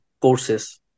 courses